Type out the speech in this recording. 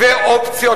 ואופציות,